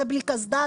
זה בלי קסדה,